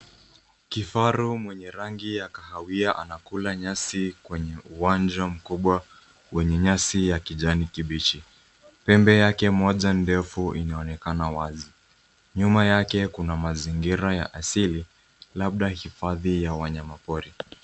Kifaru mwenye rangi ya kahawia anakula nyasi kwenye uwanja mkubwa wenye nyasi ya kijani kibichi. Pembe yake moja ndefu inaonekana wazi. Nyuma yake kuna mazingira ya asili labda hifadhi ya wanyamapori.